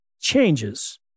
changes